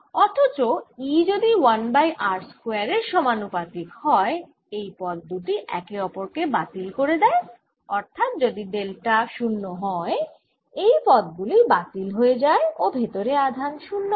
অথচ E যদি 1 by r square এর সমানুপাতিক হয় এই পদ দুটি একে অপর কে বাতিল করে দেয় অর্থাৎ যদি ডেল্টা 0 হয় এই পদ গুলি বাতিল হয়ে যায় ও ভেতরে আধান 0 হয়